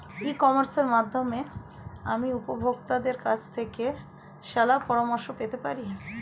ই কমার্সের মাধ্যমে আমি উপভোগতাদের কাছ থেকে শলাপরামর্শ পেতে পারি?